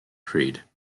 creed